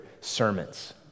sermons